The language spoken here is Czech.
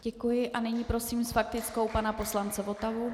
Děkuji a nyní prosím s faktickou pana poslance Votavu.